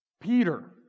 peter